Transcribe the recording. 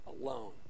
alone